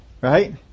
Right